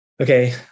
Okay